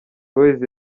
boyz